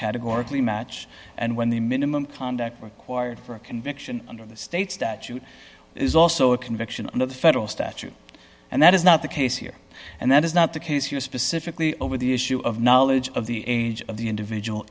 categorically match and when the minimum conduct required for a conviction under the state statute is also a conviction under the federal statute and that is not the case here and that is not the case here specifically over the issue of knowledge of the age of the individual